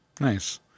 Nice